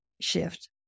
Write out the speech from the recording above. shift